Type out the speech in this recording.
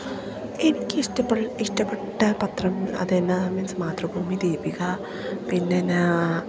എനിക്ക് ഇഷ്ടപ്പെട്ട പത്രം അതെന്നാ മീൻസ് മാതൃഭൂമി ദീപിക പിന്നെ എന്നാ